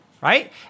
right